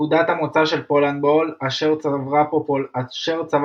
נקודת המוצא של פולנדבול, אשר צבר